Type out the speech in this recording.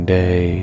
day